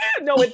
no